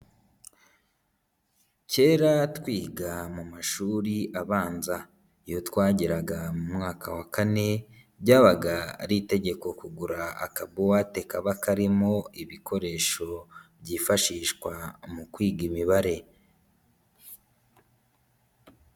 Kera twiga mu mashuri abanza, iyo twageraga mu mwaka wa kane byabaga ari itegeko kugura akabuwate kaba karimo ibikoresho byifashishwa mu kwiga imibare.